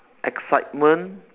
excitement